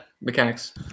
mechanics